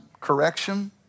correction